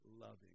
loving